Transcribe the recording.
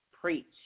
Preach